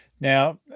Now